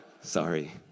Sorry